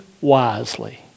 wisely